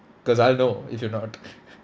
cause I'll know if you are not